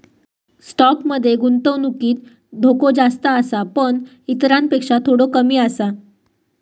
stock मध्ये गुंतवणुकीत धोको जास्त आसा पण इतरांपेक्षा थोडो कमी आसा